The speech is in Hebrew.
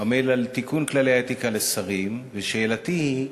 עמל על תיקון כללי האתיקה לשרים, ושאלתי היא: